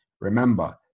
remember